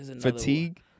Fatigue